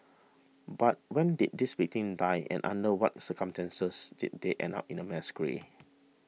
but when did these victims die and under what circumstances did they end up in a mass grave